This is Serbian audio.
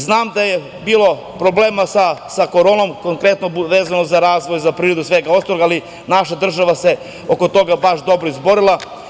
Znam da je bilo problema sa koronom, konkretno vezano za razvoj, za privredu i svega ostalog, ali naša država se oko toga baš dobro izborila.